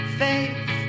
faith